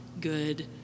good